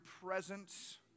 presence